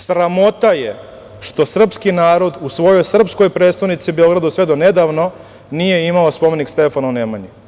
Sramota je što srpski narod u svojoj srpskoj prestonici Beogradu sve do nedavno nije imao spomenik Stefanu Nemanji.